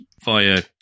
via